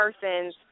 person's